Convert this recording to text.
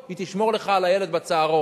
היא תשמור לך על הילד בצהרון.